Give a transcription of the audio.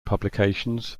publications